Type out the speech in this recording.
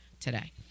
today